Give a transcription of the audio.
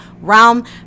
realm